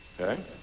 Okay